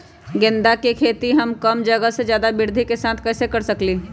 गेंदा के खेती हम कम जगह में ज्यादा वृद्धि के साथ कैसे कर सकली ह?